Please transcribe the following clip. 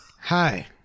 Hi